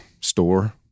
store